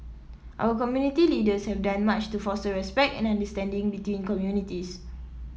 our community leaders have done much to foster respect and understanding between communities